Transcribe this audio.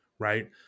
right